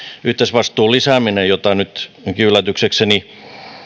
yhteisvastuun lisääminen jota nyt nyt yllätyksekseni